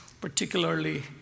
particularly